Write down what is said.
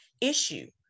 issue